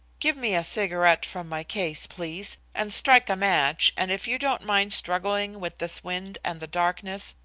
give me a cigarette from my case, please, and strike a match, and if you don't mind struggling with this wind and the darkness,